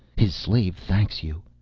his slave thanks you.